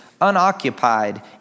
unoccupied